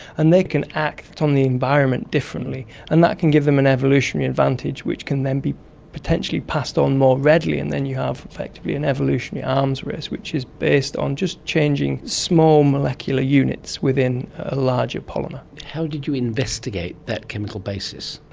and they can act on the environment differently and that can give them an evolutionary advantage which can then be potentially passed on more readily, and then you have effectively an evolutionary arms race which is based on just changing small molecular units within a larger polymer. how did you investigate that chemical basis?